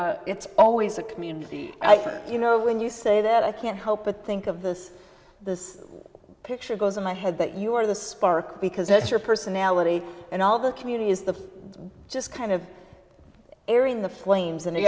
really it's always a community i think you know when you say that i can't help but think of this this picture goes in my head that you are the spark because that's your personality and all the community is the just kind of airing the flames and i